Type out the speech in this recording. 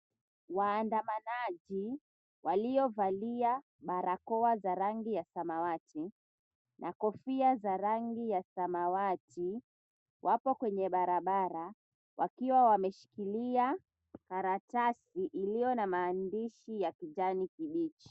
Waandamanaji, waliovalia barakoa za rangi ya samawati na kofia za rangi ya samawati wapo kwenye barabara, wakiwa wameshikilia karatasi iliyo na maandishi ya kijani kibichi.